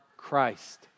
Christ